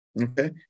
okay